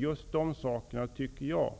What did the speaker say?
Just dessa saker tycker jag